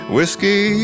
Whiskey